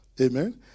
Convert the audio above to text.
Amen